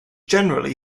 generally